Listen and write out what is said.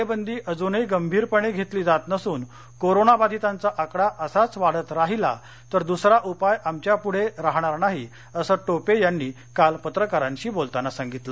टाळेबंदी अजूनही गंभीरपणे घेतली जात नसून कोरोना बाधितांचा आकडा असाच वाढत राहिला तर दुसरा उपाय आमच्यापुढे राहणार नाही असं टोपे यांनी काल पत्रकारांशी बोलताना सांगितलं